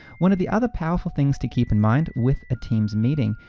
one of the other powerful things to keep in mind with a teams meeting,